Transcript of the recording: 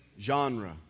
genre